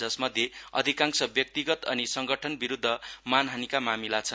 जसमध्ये अधिकांश व्यक्तिगत अनि संगठन विरूद्द मानहानीका मामिला छन्